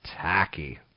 tacky